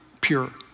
pure